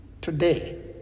today